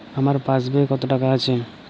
আমার পাসবই এ কত টাকা আছে?